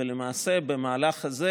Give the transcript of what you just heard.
ולמעשה במהלך הזה